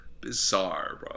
Bizarre